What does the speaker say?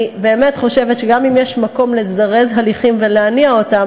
אני באמת חושבת שגם אם יש מקום לזרז הליכים ולהניע אותם,